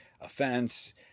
offense